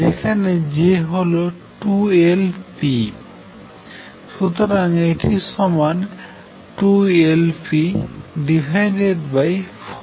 যেখানে J হল 2L p সুতরাং এটি সমান 2Lp4mL2